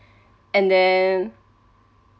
and then